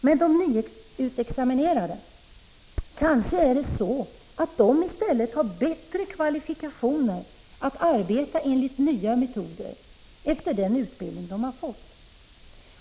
Kanske har de nyutexaminerade i stället bättre kvalifikationer att arbeta enligt nya metoder, efter den utbildning de har fått.